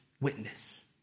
witness